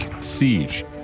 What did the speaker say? siege